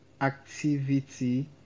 activity